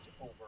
over